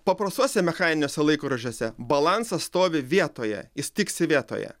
paprastuose mechaniniuose laikrodžiuose balansas stovi vietoje jis tiksi vietoje